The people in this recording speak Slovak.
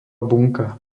bunka